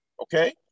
okay